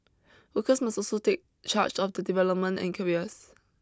workers must also take charge of their development and careers